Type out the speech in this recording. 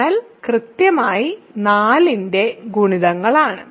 kernel കൃത്യമായി 4 ന്റെ ഗുണിതങ്ങളാണ്